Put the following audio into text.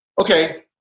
okay